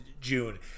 june